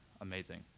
amazing